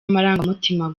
amarangamutima